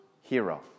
hero